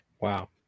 Wow